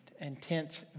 intense